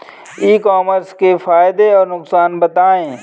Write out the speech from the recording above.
ई commerce के फायदे और नुकसान बताएँ?